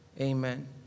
Amen